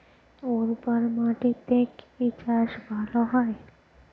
উর্বর মাটিতে কি চাষ ভালো হয়?